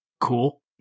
cool